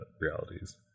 realities